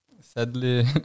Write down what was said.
sadly